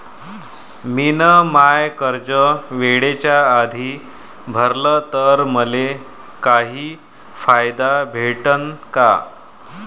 मिन माय कर्ज वेळेच्या आधी भरल तर मले काही फायदा भेटन का?